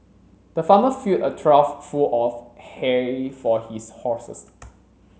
the farmer filled a trough full of hay for his horses